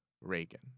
Reagan